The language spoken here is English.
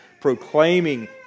proclaiming